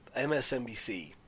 MSNBC